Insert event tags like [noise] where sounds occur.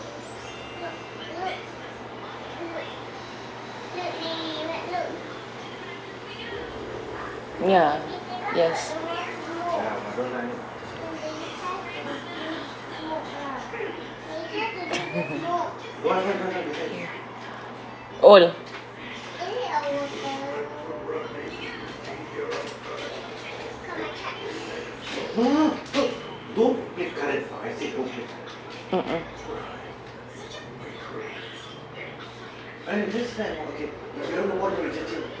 ya yes [laughs] old mmhmm